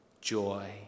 Joy